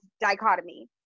dichotomy